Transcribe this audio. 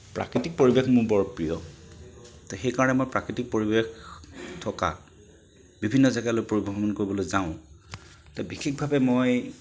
প্ৰাকৃতিক পৰিৱেশ মোৰ বৰ প্ৰিয় তে সেই কাৰণে মই প্ৰাকৃতিক পৰিৱেশ থকা বিভিন্ন জেগালৈ পৰিভ্ৰমণ কৰিবলৈ যাওঁ বিশেষভাৱে মই